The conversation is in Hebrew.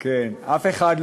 את המזוודות עם הגלגלים.